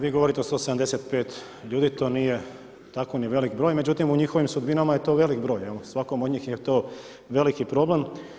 Vi govorite o 175 ljudi to nije ni tako velik broj, međutim u njihovim sudbinama je to velik broj, svakom od njih je to veliki problem.